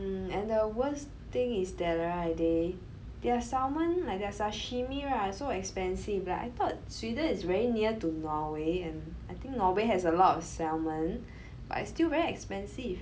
um and the worst thing is that right they their salmon like their sashimi right so expensive lah I thought Sweden is very near to Norway and I think Norway has a lot of salmon but it's still very expensive